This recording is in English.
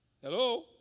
Hello